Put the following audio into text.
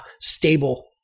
stable